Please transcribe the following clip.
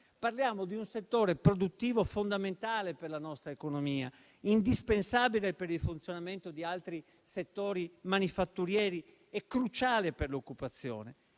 Parliamo di un settore produttivo fondamentale per la nostra economia, indispensabile per il funzionamento di altri settori manifatturieri e cruciale per l'occupazione.